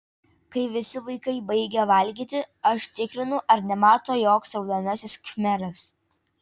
kai visi vaikai baigia valgyti aš tikrinu ar nemato joks raudonasis khmeras